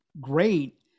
great